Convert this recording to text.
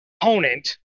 opponent